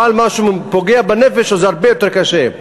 אבל מה שפוגע בנפש זה הרבה יותר קשה.